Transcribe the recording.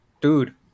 dude